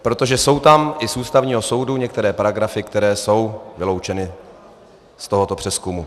Protože jsou tam i z Ústavního soudu některé paragrafy, které jsou vyloučeny z tohoto přezkumu.